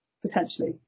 potentially